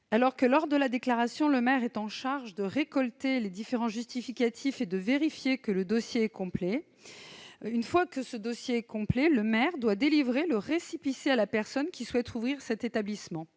alors que lors de la déclaration, le maire est en charge de récolter les différents justificatifs et de vérifier que le dossier complet, une fois que ce dossier complet, le maire doit délivrer le récépissé à la personne qui souhaite rouvrir cet établissement